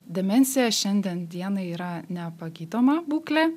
demencija šiandien dienai yra nepagydoma būklė